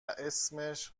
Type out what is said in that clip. اسمش